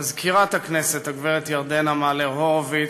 מזכירת הכנסת הגברת ירדנה מלר-הורוביץ,